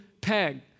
peg